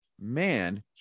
man